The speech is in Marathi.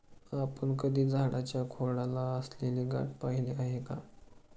आपण कधी झाडाच्या खोडाला असलेली गाठ पहिली आहे का?